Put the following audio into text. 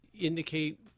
indicate